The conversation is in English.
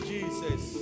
Jesus